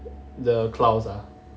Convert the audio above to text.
the claus ah